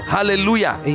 Hallelujah